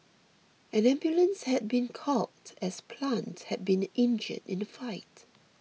an ambulance had been called as plant had been injured in the fight